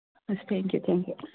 thank you thank you